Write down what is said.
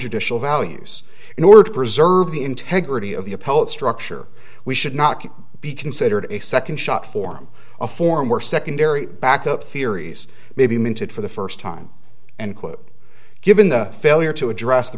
judicial values in order to preserve the integrity of the appellate structure we should not be considered a second shot form a form where secondary backup theories may be minted for the first time and quit given the failure to address the